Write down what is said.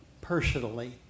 personally